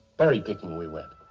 berry picking we went.